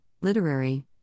literary